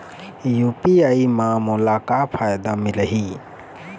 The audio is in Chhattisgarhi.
यू.पी.आई म मोला का फायदा मिलही?